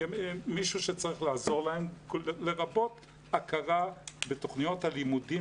כמישהו שצריך לעזור להם לרבות הכרה בתכניות הלימודים